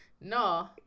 No